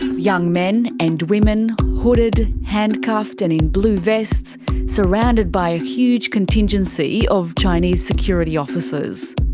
young men and women hooded, handcuffed and in blue vests surrounded by a huge contingency of chinese security officers.